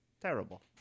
Terrible